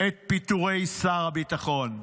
את פיטורי שר הביטחון,